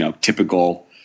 typical